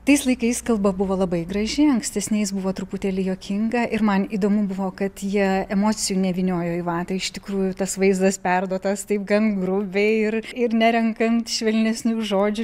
tais laikais kalba buvo labai graži ankstesniais buvo truputėlį juokinga ir man įdomu buvo kad jie emocijų nevyniojo į vatą iš tikrųjų tas vaizdas perduotas taip gan grubiai ir ir nerenkant švelnesnių žodžių